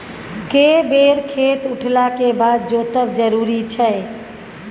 के बेर खेत उठला के बाद जोतब जरूरी छै?